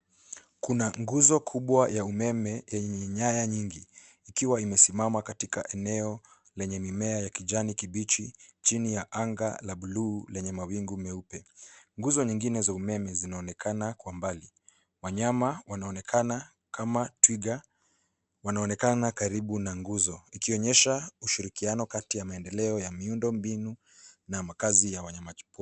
Kuna nguzo kubwa ya umeme yenye nyaya nyingi ikiwa imesimama katika eneo lenye mimea ya kijani kibichi chini ya anga la bluu lenye mawingu meupe. Nguzo nyingine za umeme zinaonekana kwa mbali. Wanyama wanaonekana kama twiga wanaonekana karibu na nguzo ikionyesha ushirikiano kati ya maendeleo ya miundo mbinu na makaazi ya wanyama.